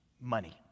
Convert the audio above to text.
money